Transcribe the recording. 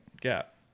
gap